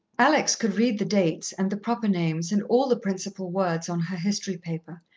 alex could read the dates, and the proper names, and all the principal words on her history paper,